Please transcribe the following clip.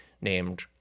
named